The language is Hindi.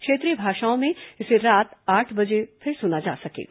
क्षेत्रीय भाषाओं में इसे रात आठ बजे फिर सुना जा सकेगा